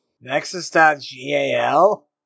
Nexus.gal